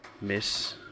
miss